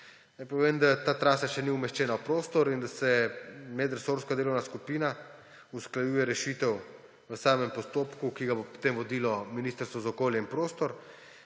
povem, da ta trasa še ni umeščena v prostor in da medresorska delovna skupina usklajuje rešitev v postopku, ki ga bo potem vodilo Ministrstvo za okolje in prostor.